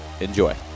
enjoy